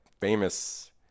famous